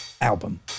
album